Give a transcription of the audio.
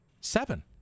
Seven